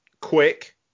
quick